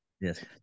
Yes